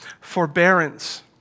forbearance